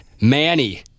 Manny